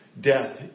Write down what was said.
Death